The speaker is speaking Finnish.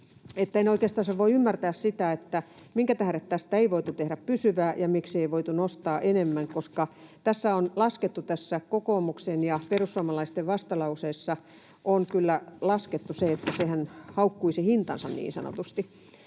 en oikeastansa voi ymmärtää sitä, minkä tähden tästä ei voitu tehdä pysyvää ja miksi ei voitu nostaa enemmän, koska tässä kokoomuksen ja perussuomalaisten vastalauseessa on laskettu se, että sehän niin sanotusti